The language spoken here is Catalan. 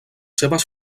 seves